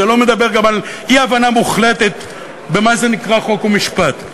זה לא מדבר גם על אי-הבנה מוחלטת של מה שנקרא חוק ומשפט.